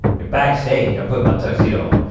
in backstage i'm putting my tuxedo on.